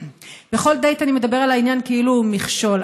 בכל דייט אני מדבר על העניין כאילו הוא מכשול.